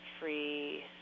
free